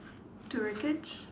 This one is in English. the rackets